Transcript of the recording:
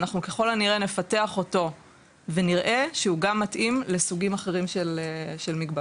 אנחנו ככל הנראה נפתח אותו ונראה שהוא גם מתאים לסוגים אחרים של מגבלות,